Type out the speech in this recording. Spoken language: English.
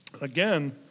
Again